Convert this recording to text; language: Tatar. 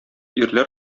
ирләр